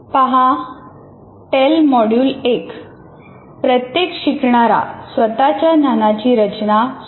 पहा टेल मॉड्यूल एक प्रत्येक शिकणारा स्वतःच्या ज्ञानाची रचना स्वतः करत असतो